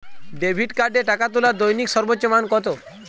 Debit কার্ডে টাকা তোলার দৈনিক সর্বোচ্চ মান কতো?